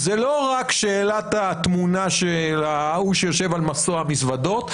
זה לא רק שאלת התמונה של ההוא שיושב על מסוע מזוודות,